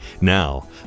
Now